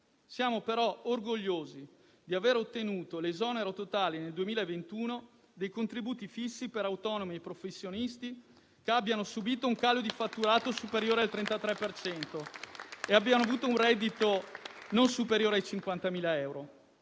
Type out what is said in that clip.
Siamo però orgogliosi di aver ottenuto l'esonero totale nel 2021 dei contributi fissi per autonomi e professionisti che abbiano subito un calo di fatturato superiore al 33 per cento e abbiano avuto un reddito non superiore a 50.000 euro